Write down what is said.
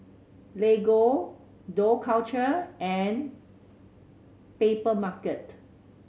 Lego Dough Culture and Papermarket